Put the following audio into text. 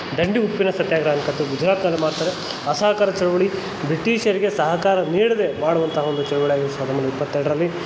ದಂಡಿ ಉಪ್ಪಿನ ಸತ್ಯಾಗ್ರಹ ಅಂತ ಗುಜರಾತ್ನಲ್ಲಿ ಮಾಡ್ತಾರೆ ಅಸಹಕಾರ ಚಳುವಳಿ ಬ್ರಿಟಿಷರಿಗೆ ಸಹಕಾರ ನೀಡದೆ ಮಾಡುವಂತಹ ಒಂದು ಚಳವಳಿ ಆಗಿತ್ತು ಸಾವಿರದ ಒಂಬೈನೂರ ಇಪ್ಪತ್ತೆರಡರಲ್ಲಿ